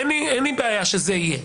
אין לי בעיה שזה יהיה.